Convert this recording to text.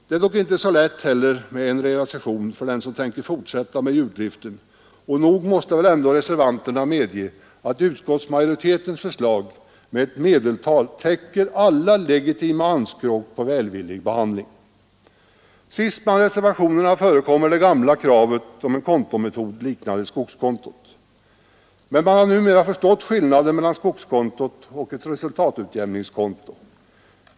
Det är inte heller så lätt med en realisation för den som tänker fortsätta med djurdriften, och nog måste ändå reservanterna medge att utskottsmajoritetens förslag med ett medeltal täcker alla legitima anspråk på välvillig behandling. Sist bland reservationerna förekommer det gamla kravet på en kontometod liknande skogskontot. Men man har numera förstått skillnaden mellan skogskontot och ett resultatutjämningskonto.